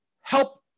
help